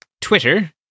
Twitter